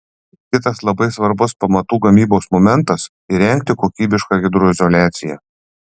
kitas labai svarbus pamatų gamybos momentas įrengti kokybišką hidroizoliaciją